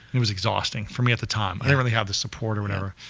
it was exhausting for me at the time, i didn't really have the support or whatever.